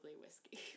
whiskey